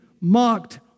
mocked